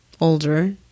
older